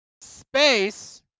space